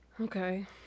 okay